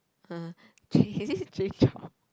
(uh huh) J isn't it Jay-Chou